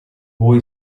boy